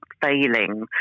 failing